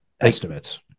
estimates